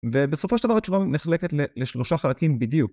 ובסופו של דבר התשובה נחלקת לשלושה חלקים בדיוק